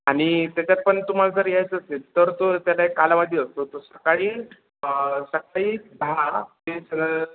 आणि त्याच्यात पण तुम्हाला जर यायचं असेल तर तो त्याला एक कालावधी असतो तो सकाळी सकाळी दहा ते सज